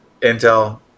Intel